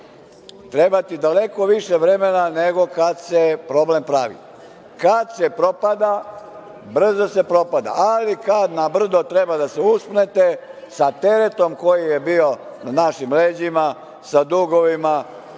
treba ti daleko više vremena nego kad se problem pravi. Kad se propada, brzo se propada, ali kad na brdo treba da se uspnete sa teretom koji je bio na našim leđima, sa dugovima,